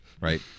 right